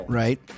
right